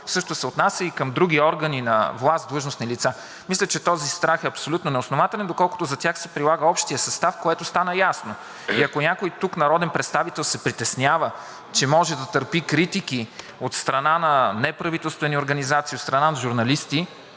Същото се отнася и към други органи на власт и длъжностни лица. Мисля, че този страх е абсолютно неоснователен, доколкото за тях се прилага общият състав, което стана ясно. Ако някой тук народен представител се притеснява, че може да търпи критики от страна на неправителствени организации, от страна на журналисти,